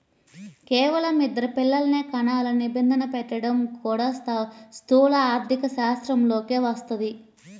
కేవలం ఇద్దరు పిల్లలనే కనాలనే నిబంధన పెట్టడం కూడా స్థూల ఆర్థికశాస్త్రంలోకే వస్తది